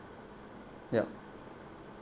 yup